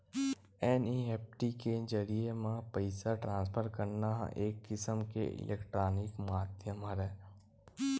NEFT के जरिए म पइसा ट्रांसफर करना ह एक किसम के इलेक्टानिक माधियम हरय